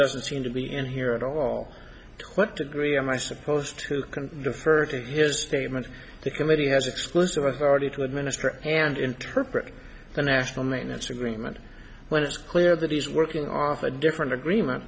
doesn't seem to be in here at all what degree am i supposed to can defer to his statement the committee has exclusive authority to administer and interpret the national maintenance agreement when it's clear that he's working off a different agreement